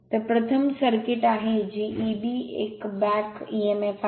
तर प्रथम सर्किट आहे जी Eb 1 बॅक emf आहे